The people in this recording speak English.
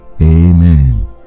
amen